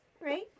right